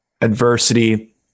adversity